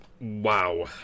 wow